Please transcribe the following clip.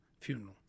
funeral